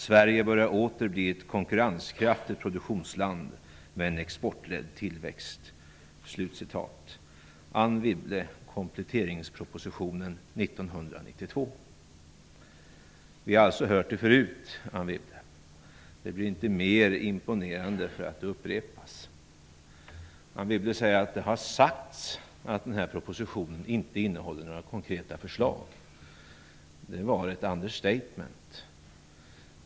Sverige börjar åter bli ett konkurrenskraftigt produktionsland med en exportledd tillväxt.'' Det sade Anne Wibble i kompletteringspropositionen 1992. Vi har alltså hört detta förut, Anne Wibble. Det blir inte mer imponerande för att det upprepas. Anne Wibble säger att det har sagts att propositionen inte innehåller några konkreta förslag. Det var ett understatement.